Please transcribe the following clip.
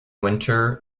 winter